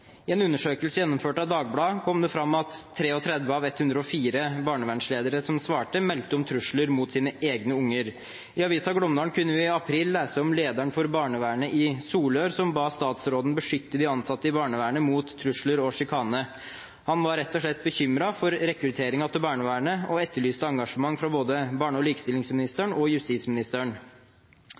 I en undersøkelse gjennomført av Dagbladet, kom det fram at 33 av 104 barnevernsledere som svarte, meldte om trusler mot sine egne unger. I avisen Glåmdalen kunne vi i april lese om lederen for barnevernet i Solør som ba statsråden beskytte de ansatte i barnevernet mot trusler og sjikane. Han var rett og slett bekymret for rekrutteringen til barnevernet og etterlyste engasjement fra både barne- og likestillingsministeren og justisministeren.